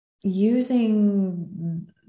using